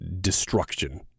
destruction